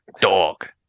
dog